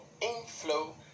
inflow